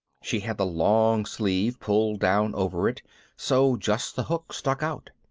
she had the long sleeve pulled down over it so just the hook stuck out.